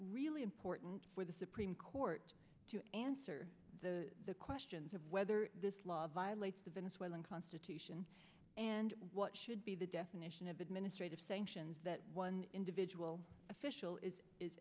really important for the supreme court to answer the questions of whether this law violates the venezuelan constitution and what should be the definition of administrative sanctions that one vidual official it is